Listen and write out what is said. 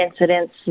incidents